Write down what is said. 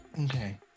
Okay